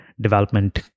development